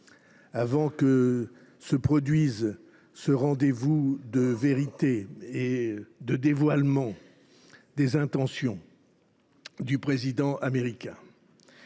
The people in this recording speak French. avant coureurs avant ce rendez vous de vérité et de dévoilement des intentions du président américain.